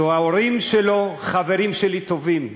שההורים שלו חברים טובים שלי,